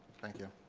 thank you